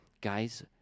Guys